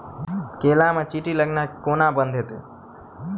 केला मे चींटी लगनाइ कोना बंद हेतइ?